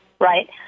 right